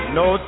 no